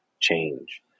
change